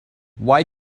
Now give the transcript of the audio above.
why